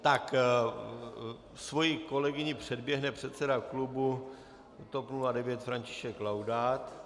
Tak svoji kolegyni předběhne předseda klubu TOP 09 František Laudát.